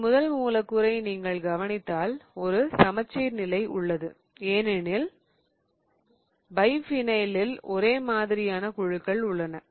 இந்த முதல் மூலக்கூறை நீங்கள் கவனித்தால் ஒரு சமச்சீர் நிலை உள்ளது ஏனெனில் பைஃபினைலில் ஒரே மாதிரியான குழுக்கள் உள்ளன